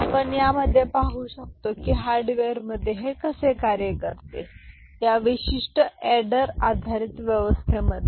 आणि आपण हे पाहू शकतो की हे हार्डवेअरमध्ये कसे कार्य करते या विशिष्ट अॅडर आधारित व्यवस्थेमध्ये